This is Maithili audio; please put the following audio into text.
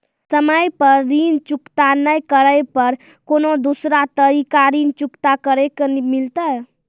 समय पर ऋण चुकता नै करे पर कोनो दूसरा तरीका ऋण चुकता करे के मिलतै?